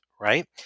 right